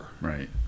Right